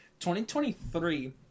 2023